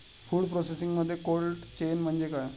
Food प्रोसेसिंगमध्ये cold chain म्हणजे काय?